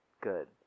good